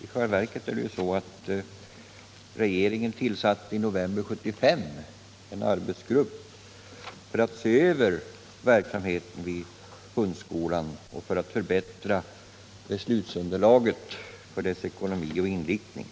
I själva verket tillsatte regeringen i november 1975 en arbetsgrupp för att se över verksamheten vid hundskolan och för att förbättra beslutsunderlaget för skolans ekonomi och inriktning.